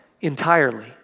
entirely